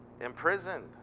imprisoned